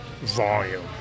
volume